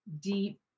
deep